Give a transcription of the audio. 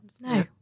No